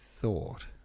thought